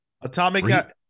Atomic